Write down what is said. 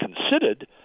considered